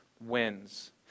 wins